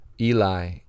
Eli